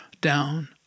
down